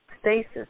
stasis